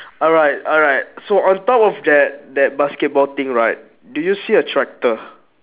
alright alright so on top of that that basketball thing right do you see a tractor